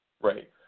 Right